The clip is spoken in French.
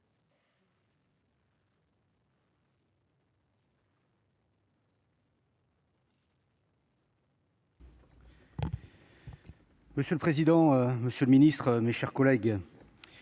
Monsieur le président, madame la ministre, mes chers collègues,